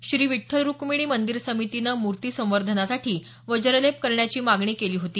श्री विठ्ठल रूक्मिणी मंदिरे समितीनं मूर्ती संवर्धनासाठी वज्रलेप करण्याची मागणी केली होती